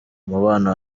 umubano